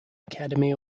academy